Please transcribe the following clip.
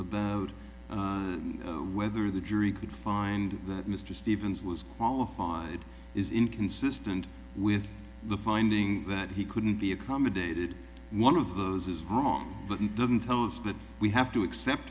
about whether the jury could find that mr stevens was qualified is inconsistent with the finding that he couldn't be accommodated one of those is wrong but it doesn't tell us that we have to accept